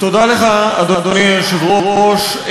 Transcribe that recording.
אדוני היושב-ראש,